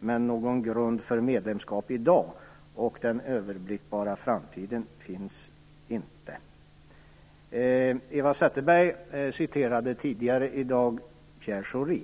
Men någon grund för medlemskap i dag och under den överblickbara framtiden finns inte. Eva Zetterberg citerade tidigare i dag Pierre Schori.